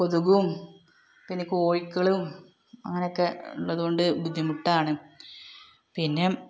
കൊതുകും പിന്നെ കോയിക്കളും അങ്ങനൊക്കെ ഉള്ളതുകൊണ്ട് ബുദ്ധിമുട്ടാണ് പിന്നെ